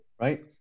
right